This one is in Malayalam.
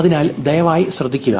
അതിനാൽ ദയവായി ശ്രദ്ധിക്കുക